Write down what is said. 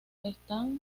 están